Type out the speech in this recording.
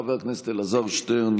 חבר הכנסת אלעזר שטרן,